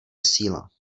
síla